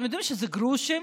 אתם יודעים שזה גרושים.